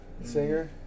singer